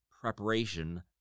preparation